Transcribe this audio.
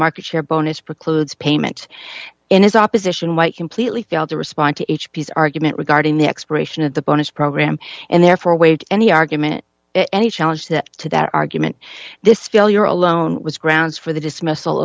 market share bonus precludes payment in his opposition white completely failed to respond to each piece argument regarding the expiration of the bonus program and therefore waived any argument any challenge that to that argument this failure alone was grounds for the dismiss